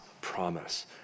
promise